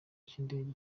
cy’indege